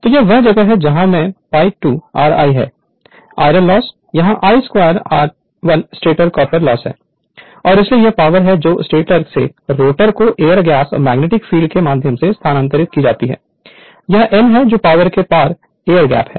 तो यह वह जगह है जहां मैं II2 Ri है कि आयरन लॉस और यहां I21 2r1 stator copper loss है और इसलिए वह पावर है जो स्टेटर से रोटर को एयर गैप मैग्नेटिक फील्ड के माध्यम से स्थानांतरित की जाती है यह n है जो पावर के पार एयर गैप है